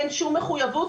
אין שום מחויבות.